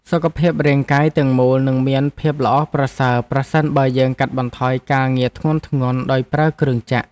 សុខភាពរាងកាយទាំងមូលនឹងមានភាពល្អប្រសើរប្រសិនបើយើងកាត់បន្ថយការងារធ្ងន់ៗដោយប្រើគ្រឿងចក្រ។